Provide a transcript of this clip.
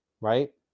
right